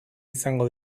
izango